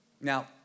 Now